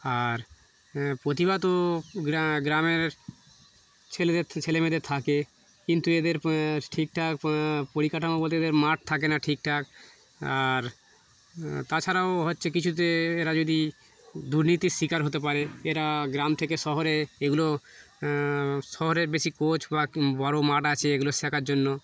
আর প্রতিভা তো গ্রা গ্রামের ছেলেদের থ ছেলে মেয়েদের থাকে কিন্তু এদের ঠিকঠাক পরিকাঠামো বলতে এদের মাঠ থাকে না ঠিকঠাক আর তাছাড়াও হচ্ছে কিছুতে এরা যদি দুর্নীতির শিকার হতে পারে এরা গ্রাম থেকে শহরে এগুলো শহরে বেশি কোচ বা বড় মাঠ আছে এগুলো শেখার জন্য